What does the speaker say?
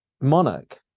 Monarch